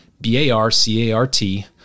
B-A-R-C-A-R-T